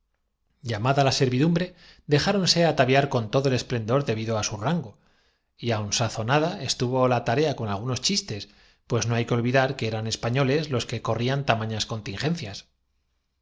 llamada la servidumbre dejáronse ataviar con todo funda aflicción el esplendor debido á su rango y aun sazonada es pero vosotros proseguiréis su obra hace dos días tuvo la tarea con algunos chistes pues no hay que ol el emperador que ya miraba á su esposa con malos vidar que eran españoles los que corrían tamañas con